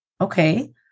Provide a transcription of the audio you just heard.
Okay